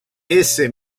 ese